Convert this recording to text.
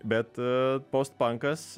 bet post pankas